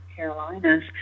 Carolinas